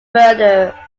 murder